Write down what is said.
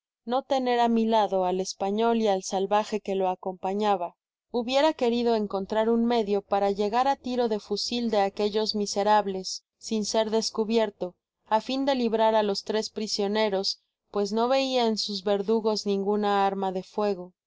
no tener á mi lado al español y al salvaje que lo acompañaba hubiera querido encontrar un medio para llegar á tiro de fusil de aquellos miserables sin ser descubierto á fin de librar á los tres prisioneros pues no veia en sus verdugos ninguna arma de fuego